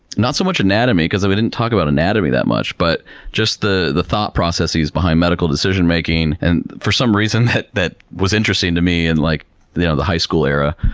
not so much anatomy because we didn't talk about anatomy that much, but just the the thought processes behind medical decision making. and for some reason that that was interesting to me and like in the high school era.